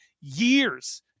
years